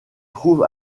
trouve